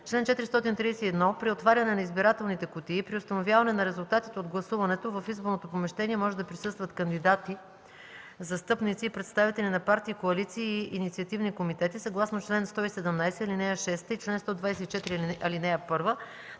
Чл. 431. При отваряне на избирателните кутии и при установяване на резултатите от гласуването в изборното помещение може да присъстват кандидати, застъпници и представители на партии, коалиции и инициативни комитети съгласно чл. 117, ал. 6 и чл. 124, ал. 1,